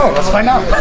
let's find out.